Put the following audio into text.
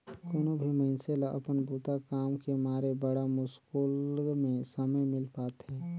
कोनो भी मइनसे ल अपन बूता काम के मारे बड़ा मुस्कुल में समे मिल पाथें